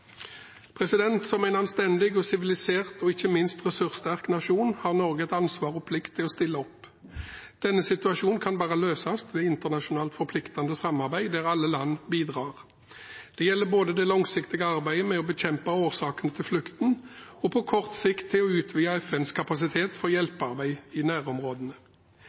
Som en anstendig, sivilisert og ikke minst ressurssterk nasjon har Norge et ansvar, og plikt til å stille opp. Denne situasjonen kan bare løses ved internasjonalt forpliktende samarbeid der alle land bidrar. Det gjelder både det langsiktige arbeidet med å bekjempe årsaken til flukten og det kortsiktige med å utvide FNs kapasitet for hjelpearbeid i nærområdene.